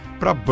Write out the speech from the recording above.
para